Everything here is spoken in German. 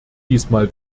diesmal